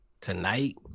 tonight